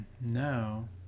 no